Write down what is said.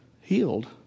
healed